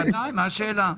בבקשה.